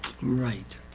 Right